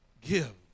Give